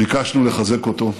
ביקשנו לחזק אותו.